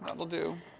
ah will do.